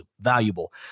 valuable